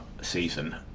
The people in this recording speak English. season